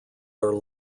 are